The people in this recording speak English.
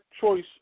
choice